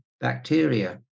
bacteria